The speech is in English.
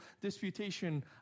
disputation